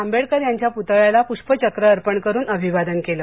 आंबेडकर यांच्या पूतळयाला पूष्पचक्र अर्पण करुन अभिवादन केलं